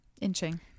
inching